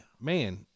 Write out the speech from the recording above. man